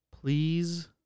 Please